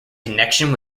connection